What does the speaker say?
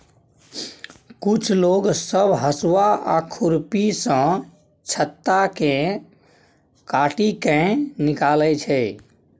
कुछ लोग सब हसुआ आ खुरपी सँ छत्ता केँ काटि केँ निकालै छै